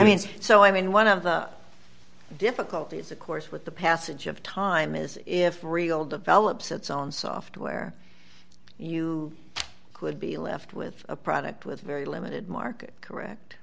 it means so i mean one of the difficulties of course with the passage of time is if real develops its own software you could be left with a product with very limited market correct